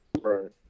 Right